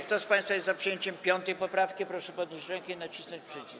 Kto z państwa jest za przyjęciem 5. poprawki, proszę podnieść rękę i nacisnąć przycisk.